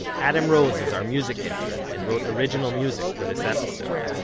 adam rose is our music intern and wrote original music for this episode.